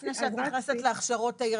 לפני שאת נכנסת להכשרות תאיר,